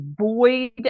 void